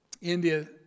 India